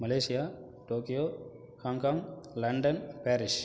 Malaysia Tokyo Hong Kong London Paris